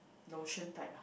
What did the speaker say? lotion type lah